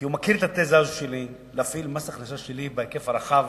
כי הוא מכיר את התזה הזאת שלי להפעיל מס הכנסה שלילי בהיקף הרחב